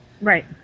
Right